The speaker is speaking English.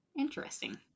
Interesting